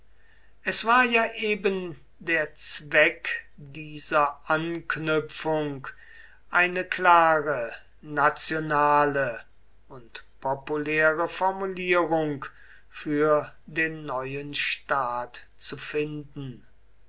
es war ja eben der zweck dieser anknüpfung eine klare nationale und populäre formulierung für den neuen staat zu finden